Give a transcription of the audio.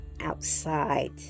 outside